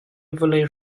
vawlei